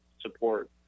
support